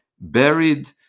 buried